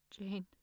Jane